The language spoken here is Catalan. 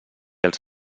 els